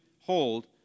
hold